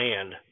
land